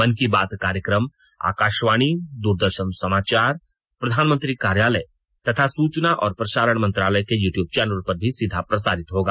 मन की बात कार्यक्रम आकाशवाणी द्रदर्शन समाचार प्रधानमंत्री कार्यालय तथा सूचना और प्रसारण मंत्रालय के यूट्यूब चैनलों पर भी सीधा प्रसारित होगा